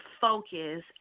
focus